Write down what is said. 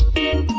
and